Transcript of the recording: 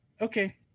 Okay